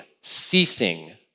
ceasing